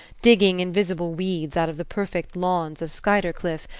digging invisible weeds out of the perfect lawns of skuytercliff,